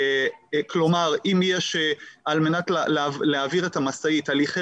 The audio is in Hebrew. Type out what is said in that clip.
כלומר על מנת להעביר את המשאית הליכי